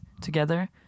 together